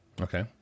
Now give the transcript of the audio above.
okay